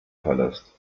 palast